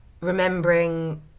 remembering